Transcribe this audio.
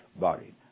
body